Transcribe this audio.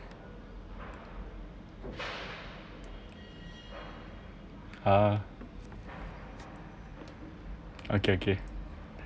!huh! okay okay